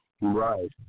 Right